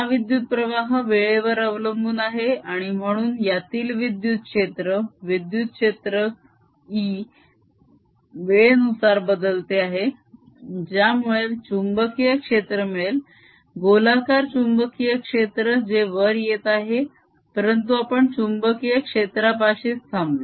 हा विद्युत प्रवाह वेळेवर अवलंबून आहे आणि म्हणून यातील विद्युत क्षेत्र विद्युत क्षेत्र E वेळेनुसार बदलते आहे ज्यामुळे चुंबकीय क्षेत्र मिळेल गोलाकार चुंबकीय क्षेत्र जे वर येत आहे परंतु आपण चुंबकीय क्षेत्रापाशीच थांबलो